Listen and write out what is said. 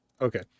okay